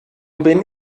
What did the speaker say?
bin